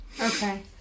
Okay